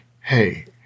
hey